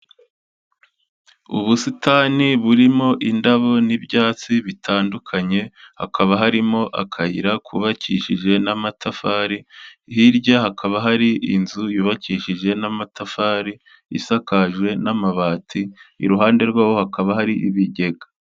Ubusitani burimo indabo n'ibyatsi bitandukanye hakaba harimo akayira kubakikije n'amatafari, hirya hakaba hari inzu yubakishije n'amatafari, isakajwe n'amabati, iruhande rwaho hakaba hari ibigega.